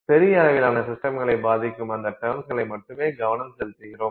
பெரிய அளவிலான சிஸ்டம்களை பாதிக்கும் அந்த டெர்ம்ஸ்களை மட்டுமே கவனம் செலுத்திகிறோம்